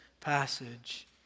passage